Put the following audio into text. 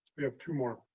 we have two more.